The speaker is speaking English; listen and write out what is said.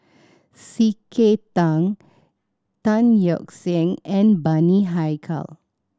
C K Tang Tan Yeok Seong and Bani Haykal